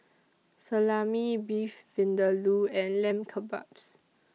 Salami Beef Vindaloo and Lamb Kebabs